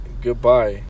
Goodbye